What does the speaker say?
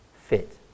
fit